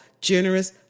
generous